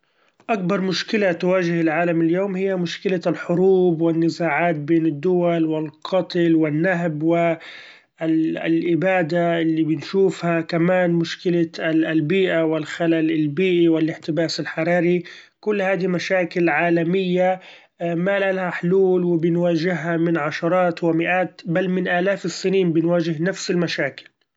أكبر مشكلة تواجه العالم اليوم هي مشكلة الحروب والنزاعات بين الدول، والقتل والنهب و ال-الابادة اللي بنشوفها ، كمإن مشكلة ال-البيئة والخلل البيئي والاحتباس الحراري ، كل هادي مشاكل عالمية مالاقالها حلول! وبنواجهها من عشرات و مئات بل من آلاف السنين بنواچه نفس المشاكل!